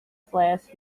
flask